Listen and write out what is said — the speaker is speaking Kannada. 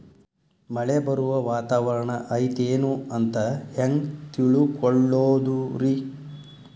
ಮಳೆ ಬರುವ ವಾತಾವರಣ ಐತೇನು ಅಂತ ಹೆಂಗ್ ತಿಳುಕೊಳ್ಳೋದು ರಿ?